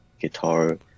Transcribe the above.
guitar